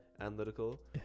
analytical